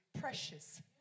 precious